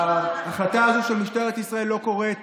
ההחלטה הזו של משטרת ישראל לא קורית